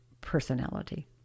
personality